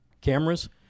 cameras